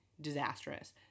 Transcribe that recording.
disastrous